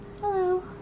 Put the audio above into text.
Hello